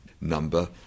number